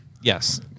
Yes